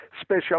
special